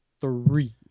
three